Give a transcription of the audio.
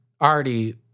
already